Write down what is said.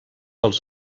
els